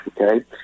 okay